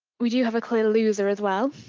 we do have a clear loser as well.